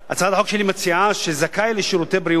הצעת החוק שלי מציעה שזכאי לשירותי בריאות